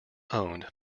owned